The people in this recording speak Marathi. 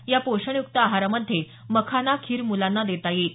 या पोषण युक्त आहारामध्ये मखाना खीर मुलांना देता येईल